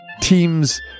teams